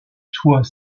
soit